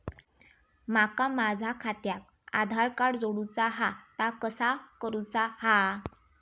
माका माझा खात्याक आधार कार्ड जोडूचा हा ता कसा करुचा हा?